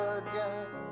again